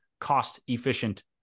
cost-efficient